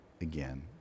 again